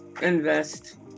invest